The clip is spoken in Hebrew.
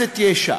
למועצת יש"ע.